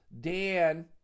Dan